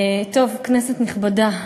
טוב, כנסת נכבדה,